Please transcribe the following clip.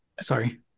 sorry